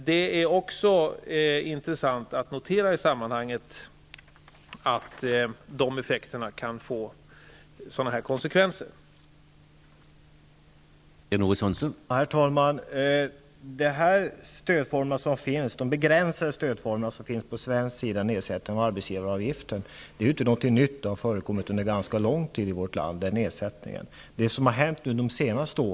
Det är intressant att notera i sammanhanget att effekterna av den politiken kan få konsekvenser av den här typen i Sverige.